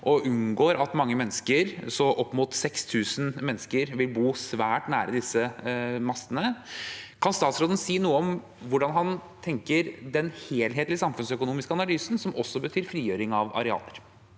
man unngår at mange mennesker, opp mot 6 000, vil bo svært nær disse mastene. Kan statsråden si noe om hva han tenker om den helhetlige samfunnsøkonomiske analysen, som også betyr frigjøring av areal?